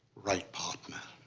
right, partner.